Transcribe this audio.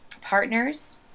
partners